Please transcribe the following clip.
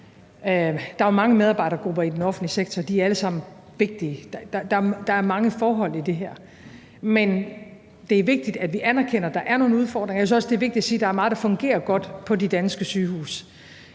Der er mange medarbejdergrupper i den offentlige sektor, og de er alle sammen vigtige. Der er mange forhold i det her. Men det er vigtigt, at vi anerkender, at der er nogle udfordringer, og jeg synes også, det er vigtigt at sige, at der er meget, der fungerer godt på de danske sygehuse